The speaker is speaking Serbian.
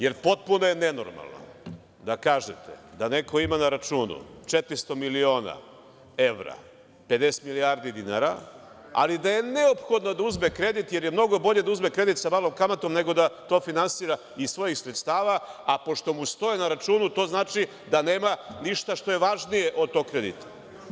Jer, potpuno je nenormalno da kažete da neko ima na računu 400 miliona evra, 50 milijardi dinara, ali da je neophodno da uzme kredit, jer je mnogo bolje da uzme kredit sa malom kamatom nego da to finansira iz svojih sredstava, a pošto mu stoje na računu, to znači da nema ništa što je važnije od tog kredita.